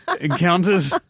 encounters